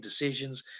decisions